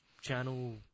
channel